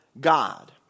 God